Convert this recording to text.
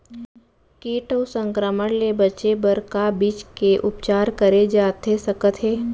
किट अऊ संक्रमण ले बचे बर का बीज के उपचार करे जाथे सकत हे?